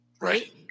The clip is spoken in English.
right